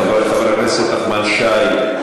חבר הכנסת נחמן שי.